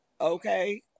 Okay